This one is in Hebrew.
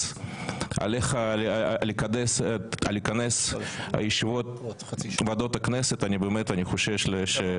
עליך לכנס את ישיבות ועדות הכנסת אני חושש שלא תעמוד על זה.